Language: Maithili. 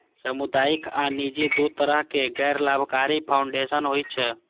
सामुदायिक आ निजी, दू तरहक गैर लाभकारी फाउंडेशन होइ छै